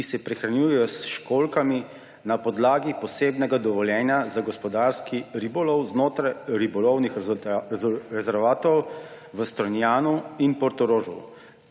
ki se prehranjujejo s školjkami, na podlagi posebnega dovoljenja za gospodarski ribolov znotraj ribolovnih rezervatov v Strunjanu in Portorožu